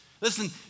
Listen